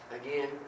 Again